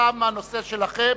תם הנושא שלכן,